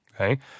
Okay